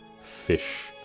fish